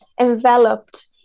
enveloped